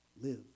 live